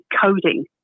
coding